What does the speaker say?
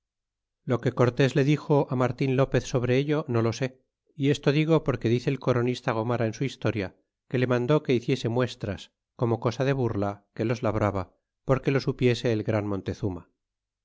lo que cortés le dixo martin lopez sobre ello no lo sé y esto digo porque dice el coronista gomara en su historia que le mandó que hiciese muestras como cosa de burla que los labraba porque lo supiese el gran montezuma